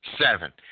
seven